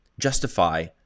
justify